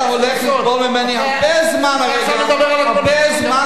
אתה הולך לסבול ממני הרבה זמן, הרבה זמן.